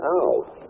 out